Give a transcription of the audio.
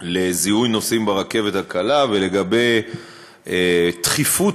לזיהוי נוסעים ברכבת הקלה ולגבי תכיפות